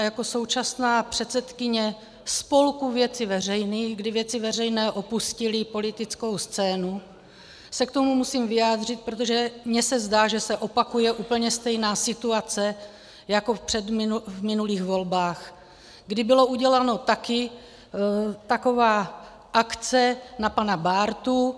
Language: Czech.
Jako současná předsedkyně spolku Věcí veřejných, kdy Věci veřejné opustily politickou scénu, se k tomu musím vyjádřit, protože mně se zdá, že se opakuje úplně stejná situace jako v předminulých volbách, kdy byla udělána taky taková akce na pana Bártu.